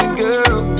girl